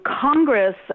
Congress